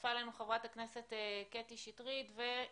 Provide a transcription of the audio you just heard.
הצטרפה אלינו חברת הכנסת קטי שטרית וחברת